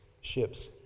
ships